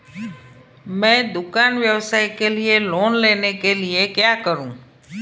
मैं दुकान व्यवसाय के लिए लोंन लेने के लिए क्या करूं?